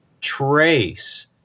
trace